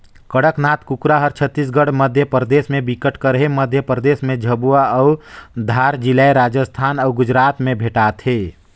कड़कनाथ कुकरा हर छत्तीसगढ़, मध्यपरदेस में बिकट कर हे, मध्य परदेस में झाबुआ अउ धार जिलाए राजस्थान अउ गुजरात में भेंटाथे